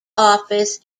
office